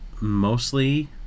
mostly